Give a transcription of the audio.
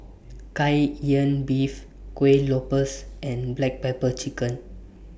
Kai Lan Beef Kuih Lopes and Black Pepper Chicken